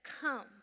come